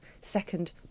second